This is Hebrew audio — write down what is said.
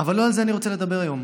אבל לא על זה אני רוצה לדבר היום.